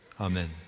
Amen